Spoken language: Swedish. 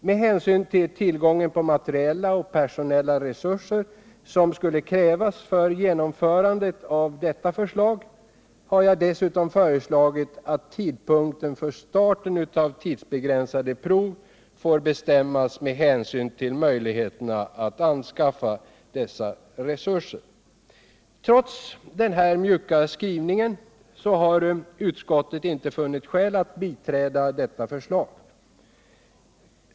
Med hänsyn till den tillgång på materiella och personella resurser som skulle krävas för genomförande av detta förslag, har jag dessutom föreslagit att tidpunkten för starten av tidsbegränsade prov får bestämmas med hänsyn till möjligheten att anskaffa dessa resurser. Trots denna mjuka skrivning har utskottet inte funnit skäl att biträda detta förslag.